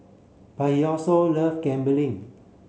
but he also love gambling